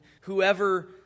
whoever